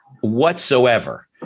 whatsoever